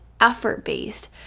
effort-based